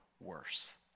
worse